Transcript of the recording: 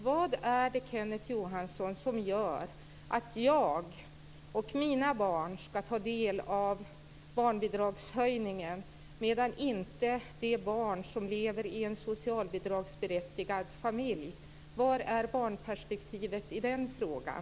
Vad är det, Kenneth Johansson, som gör att jag och mina barn ska ta del av barnbidragshöjningen men inte de barn som lever i en socialbidragsberättigad familj? Var är barnperspektivet i den frågan?